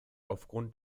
aufgrund